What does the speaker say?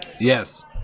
Yes